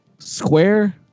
Square